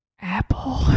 Apple